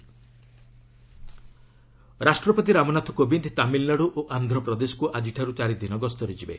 ପ୍ରେଜ୍ ଭିଜିଟ୍ ରାଷ୍ଟ୍ରପତି ରାମନାଥ କୋବିନ୍ଦ ତାମିଲ୍ନାଡୁ ଓ ଆନ୍ଧ୍ରପ୍ରଦେଶକୁ ଆଜିଠାରୁ ଚାରି ଦିନ ଗସ୍ତରେ ଯିବେ